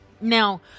Now